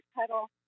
pedal